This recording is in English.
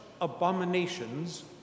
abominations